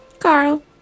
Carl